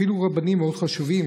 אפילו רבנים מאוד חשובים,